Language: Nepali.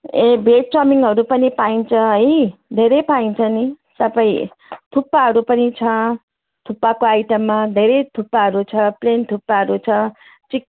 ए भेज चौमिनहरू पनि पाइन्छ है धेरै पाइन्छ नि तपाईँ थुक्पाहरू पनि छ थुक्पाको आइटममा धेरै थुक्पाहरू छ प्लेन थुक्पाहरू छ चिक्